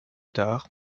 tard